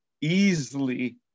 easily